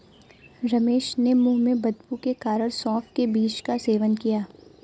रमेश ने मुंह में बदबू के कारण सौफ के बीज का सेवन किया